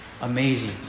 Amazing